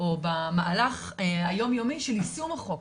או במהלך היום יומי של יישום החוק,